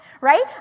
right